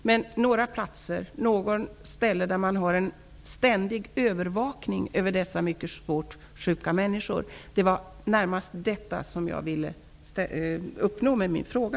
Det borde finnas några platser eller något ställe där man har ständig övervakning över dessa mycket svårt sjuka människor. Det var närmast det jag ville uppnå med min fråga.